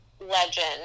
legend